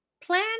plan